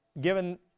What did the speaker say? given